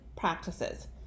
practices